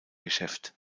geschäft